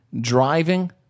Driving